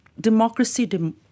democracy